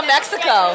Mexico